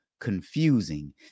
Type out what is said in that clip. Confusing